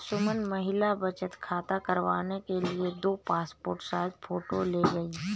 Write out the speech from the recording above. सुमन महिला बचत खाता करवाने के लिए दो पासपोर्ट साइज फोटो ले गई